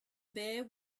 bare